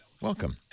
Welcome